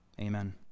Amen